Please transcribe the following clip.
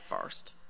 first